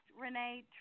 Renee